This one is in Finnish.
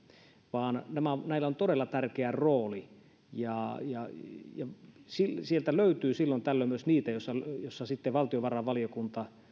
vaan näillä on todella tärkeä rooli ja sieltä löytyy silloin tällöin myös niitä joissa sitten valtiovarainvaliokunta